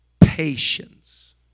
patience